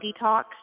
detox